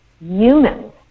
humans